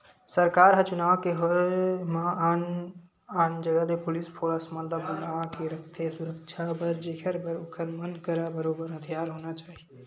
सरकार ह चुनाव के होय म आन आन जगा ले पुलिस फोरस मन ल बुलाके रखथे सुरक्छा बर जेखर बर ओखर मन करा बरोबर हथियार होना चाही